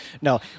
No